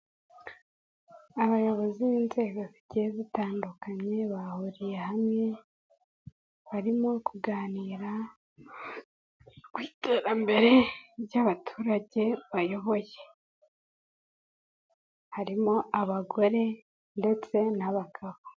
Abayobozi b'inzego zitandukanye bahuriye hamwe barimo kuganira ku iterambere ry'abaturage bayoboye, harimo abagore ndetse n'abagabo.